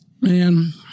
man